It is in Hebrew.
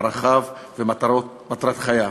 ערכיו ומטרת חייו,